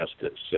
justice